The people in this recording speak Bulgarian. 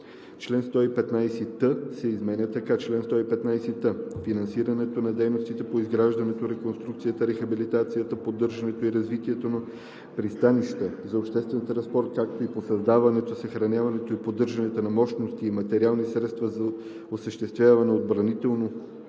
Член 115т се изменя така: „Чл. 115т. Финансирането на дейностите по изграждането, реконструкцията, рехабилитацията, поддържането и развитието на пристанища за обществен транспорт, както и по създаването, съхраняването и поддържането на мощности и материални средства за осъществяване на